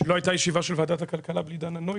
כי לא הייתה ישיבה של ועדת הכלכלה בלי דנה נויפלד,